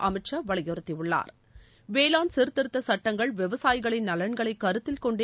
அமித்ஷா வலியுறுத்தியுள்ளார வேளாண் சீர்திருத்த சட்டங்கள் விவசாயிகளின் நலன்களைக் கருத்திக் கொண்டே